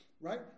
right